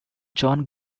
john